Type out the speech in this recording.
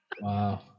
Wow